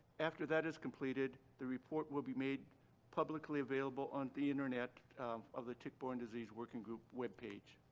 after that is completed the report will be made publicly available on the internet of the tick-borne disease working group webpage.